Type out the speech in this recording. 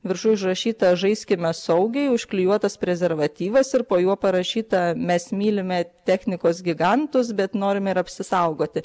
viršuj užrašyta žaiskime saugiai užklijuotas prezervatyvas ir po juo parašyta mes mylime technikos gigantus bet norime ir apsisaugoti